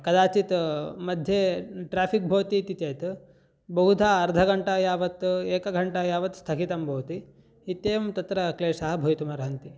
कदाचित् मध्ये ट्राफिक् भवति इति चेत् बहुधा अर्धघण्टा यावत् एकघण्टा यावत् स्थगितं भवति इत्येवं तत्र क्लेशः भवितुम् अर्हन्ति